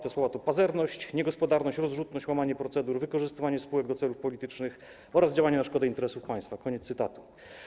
Te słowa to pazerność, niegospodarność, rozrzutność, łamanie procedur, wykorzystywanie spółek do celów politycznych oraz działania na szkodę interesu państwa - koniec cytatu.